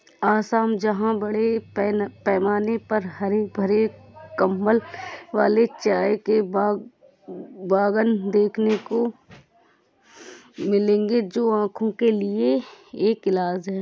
असम जहां बड़े पैमाने पर हरे भरे कंबल वाले चाय के बागान देखने को मिलेंगे जो आंखों के लिए एक इलाज है